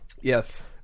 Yes